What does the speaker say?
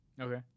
Okay